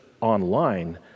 online